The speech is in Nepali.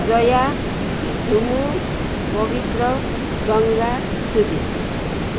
जया छुमु पवित्र गङ्गा सुदिप